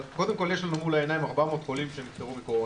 אבל קודם כול יש לנו מול העיניים 400 חולים שנפטרו מקורונה.